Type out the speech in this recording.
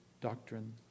doctrine